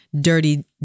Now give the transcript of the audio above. dirty